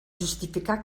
justificar